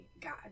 God